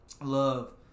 love